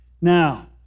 Now